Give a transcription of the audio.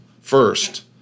first